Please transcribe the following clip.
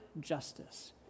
justice